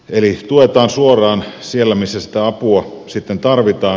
eli tuetaan suoraan siellä missä sitä apua tarvitaan